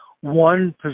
One